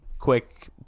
quick